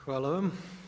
Hvala vam.